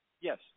Yes